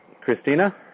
Christina